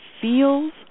feels